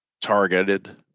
targeted